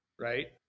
right